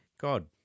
God